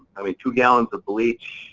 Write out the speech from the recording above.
i mean two gallons of bleach,